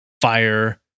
fire